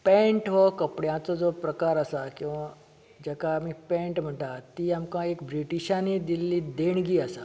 pant हो कपड्याचो जो प्रकार आसा किंवा जाका आमी पॅण्ट म्हणटा ती आमकां एक ब्रिटिशांनी दिल्ली देणगीं आसा